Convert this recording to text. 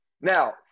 Now